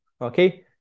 okay